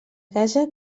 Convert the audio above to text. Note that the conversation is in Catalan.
casa